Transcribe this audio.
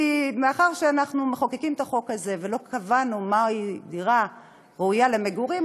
כי מאחר שאנחנו מחוקקים את החוק הזה ולא קבענו מהי דירה ראויה למגורים,